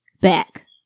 back